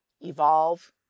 evolve